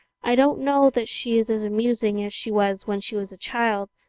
i don't know that she is as amusing as she was when she was a child,